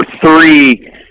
three